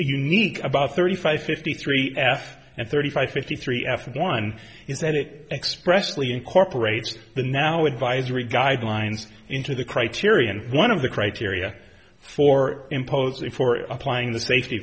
unique about thirty five fifty three s and thirty five fifty three f one in senate expressly incorporates the now advisory guidelines into the criteria and one of the criteria for imposing for applying the safety